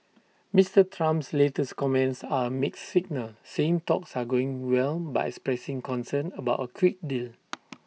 Mister Trump's latest comments are A mixed signal saying talks are going well but expressing concern about A quick deal